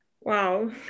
Wow